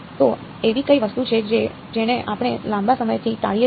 તો એવી કઈ વસ્તુ છે જેને આપણે લાંબા સમયથી ટાળીએ છીએ